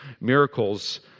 miracles